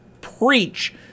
preach